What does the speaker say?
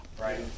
Right